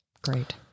Great